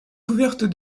couverte